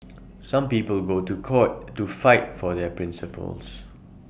some people go to court to fight for their principles